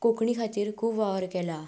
कोंकणी खातीर खूब वावर केला